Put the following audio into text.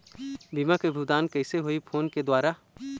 बीमा के भुगतान कइसे होही फ़ोन के द्वारा?